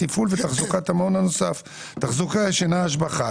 "תפעול ותחזוקת המעון הנוסף" תחזוקה שאינה השבחה,